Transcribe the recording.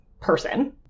person